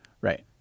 right